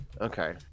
Okay